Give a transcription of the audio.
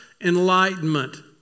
enlightenment